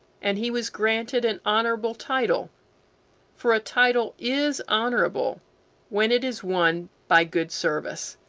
and he was granted an honorable title for a title is honorable when it is won by good service.